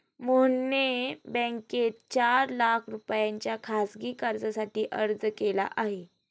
मोहनने बँकेत चार लाख रुपयांच्या खासगी कर्जासाठी अर्ज केला आहे